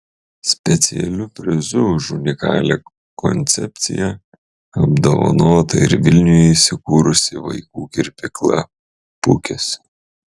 specialiu prizu už unikalią koncepciją apdovanota ir vilniuje įsikūrusi vaikų kirpykla pukis